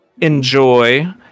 Enjoy